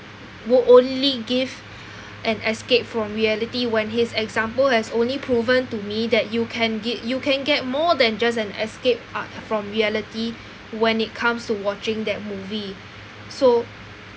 would only give an escape from reality when his example as only proven to me that you can ge~ you can get more than just an escape uh from reality when it comes to watching that movie so